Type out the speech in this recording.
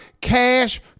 cash